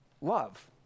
love